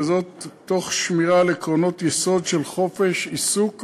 וזאת תוך שמירה על עקרונות יסוד של חופש עיסוק ושוויון.